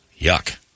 Yuck